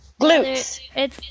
Glutes